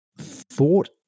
thought